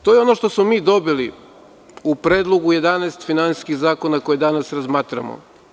To je ono što smo mi dobili u predlogu 11 finansijskih zakona koje danas razmatramo.